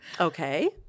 Okay